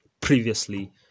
previously